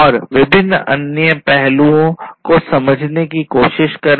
और विभिन्न अन्य पहलुओं को समझने की कोशिश करें